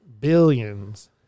billions